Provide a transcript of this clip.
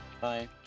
Bye